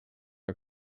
our